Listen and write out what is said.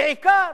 בעיקר